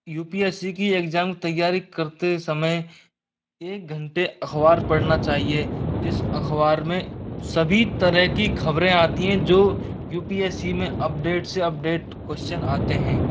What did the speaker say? you P S C की exam तैयारी करते समय एक घंटे अख़बार पढ़ना चाहिए जिस अख़बार में सभी तरह की ख़बरें आती हैं जो यू पी एस सी में अप्डेट्स से अपडेट क्वेश्चन आते हैं